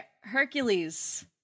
hercules